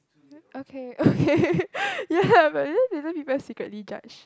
okay okay ya but then later people secretly judge